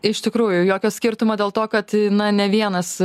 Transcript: iš tikrųjų jokio skirtumo dėl to kad na ne vienas